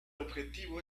objetivo